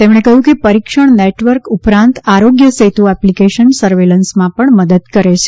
તેમણે કહ્યું કે પરીક્ષણ નેટવર્ક ઉપરાંત આરોગ્ય સેતુ એપ્લિકેશન સર્વેલન્સમાં પણ મદદ કરે છે